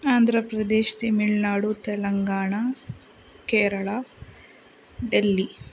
Andhra Pradesh Tamil Nadu Telangana Kerala Delhi